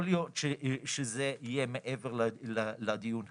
יכול להיות שזה יהיה מעבר לדיון הזה.